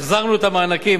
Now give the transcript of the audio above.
החזרנו את המענקים,